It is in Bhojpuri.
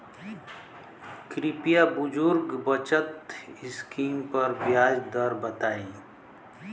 कृपया बुजुर्ग बचत स्किम पर ब्याज दर बताई